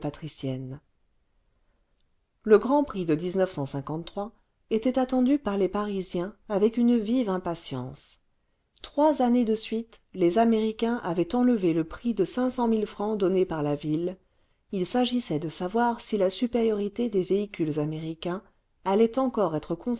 patriciennes le grand prix de était attendu par les parisiens avec une vive impatience trois années de suite les américains avaient enlevé le prix de cinq cent mille francs donné par la ville il s'agissait de savoir si la supériorité des véhicules américains allait encore être